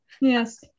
Yes